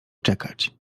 czekać